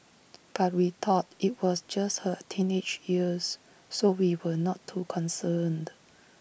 but we thought IT was just her teenage years so we were not too concerned